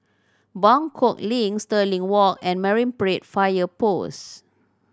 Buangkok Link Stirling Walk and Marine Parade Fire Post